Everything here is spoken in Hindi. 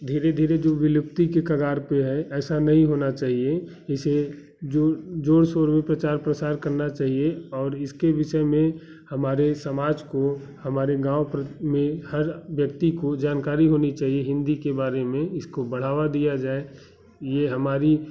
धीरे धीरे जो विलुप्ति के कगार पे है ऐसा नहीं होना चाहिए इसे जोर सोरु प्रचार प्रसार करना चाहिए और इसके विषय में हमारे समाज को हमारे गाँव पर में हर व्यक्ति को जानकारी होनी चाहिए हिन्दी के बारे में इसको बढ़ावा दिया जाए ये हमारी